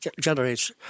generates